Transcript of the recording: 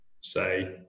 say